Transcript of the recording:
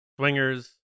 Swingers